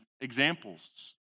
examples